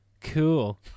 Cool